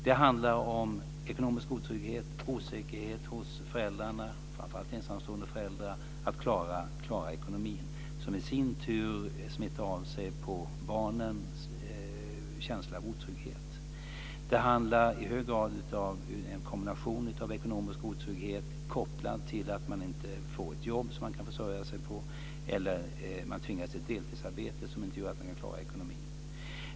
Det handlar om ekonomisk otrygghet och osäkerhet hos föräldrarna, framför allt ensamstående föräldrar, om att klara ekonomin, som i sin tur smittar av sig på barnen, som får en känsla av otrygghet. Det handlar i hög grad om ekonomisk otrygghet kopplad till att man inte får ett jobb som man kan försörja sig på eller att man tvingas till ett deltidsarbete som gör att man inte kan klara ekonomin.